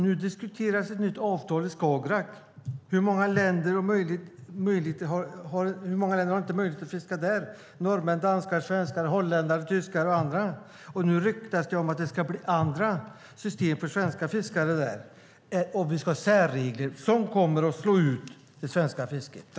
Nu diskuteras ett nytt avtal för Skagerrak. Här har många länder har inte möjlighet att fiska där? Det är norrmän, danskar, svenskar, tyskar, holländare och andra. Det ryktas om att det ska bli andra system för svenska fiskare där och att vi ska ha särregler som kommer att slå ut det svenska fisket.